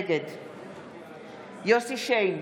נגד יוסף שיין,